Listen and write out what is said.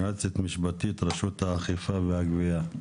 יועצת משפטית רשות האכיפה והגבייה.